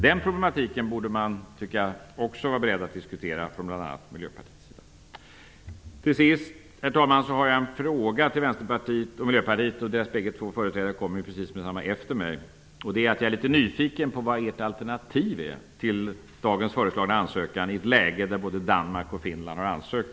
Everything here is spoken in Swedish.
Den problematiken tycker jag att man bl.a. i Miljöpartiet också borde vara beredd att diskutera. Till sist, herr talman, har jag en fråga till Vänsterpartiet och Miljöpartiet. Företrädare för dessa partier finns ju på talarlistan direkt efter mig. Jag är nämligen litet nyfiken på ert alternativ till dagens föreslagna ansökan i ett läge där både Danmark och Finland har ansökt.